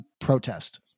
protest